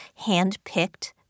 handpicked